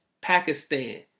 Pakistan